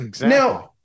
now